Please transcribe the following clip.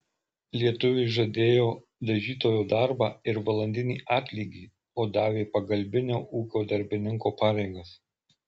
lietuviui žadėjo dažytojo darbą ir valandinį atlygį o davė pagalbinio ūkio darbininko pareigas